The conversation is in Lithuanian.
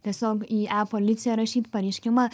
tiesiog į e policiją rašyt pareiškimą